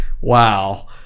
wow